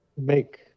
make